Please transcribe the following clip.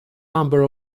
number